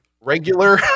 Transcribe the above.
regular